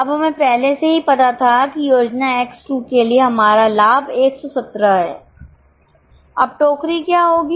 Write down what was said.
अब हमें पहले से ही पता था कि योजना X 2 के लिए हमारा लाभ 117 है अब टोकरी क्या होगी